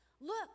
Look